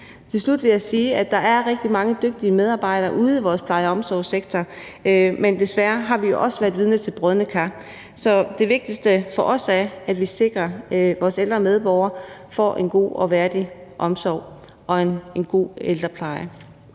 Til slut vil jeg sige, at der er rigtig mange dygtige medarbejdere ude i vores pleje- og omsorgssektor, men desværre har vi også været vidner til brodne kar. Så det vigtigste for os er, at vi sikrer, at vores ældre medborgere får en god og værdig omsorg og en god ældrepleje.